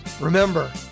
Remember